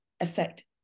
affect